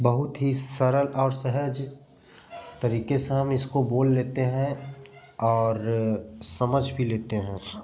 बहुत ही सरल और सहज तरीके से हम इसको बोल लेते हैं और समझ भी लेते हैं